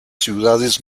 ciudades